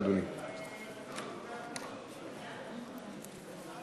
בבקשה, אדוני.